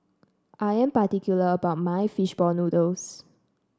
I am particular about my fish ball noodles